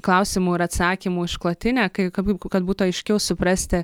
klausimų ir atsakymų išklotinę kai kabu kad būtų aiškiau suprasti